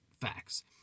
facts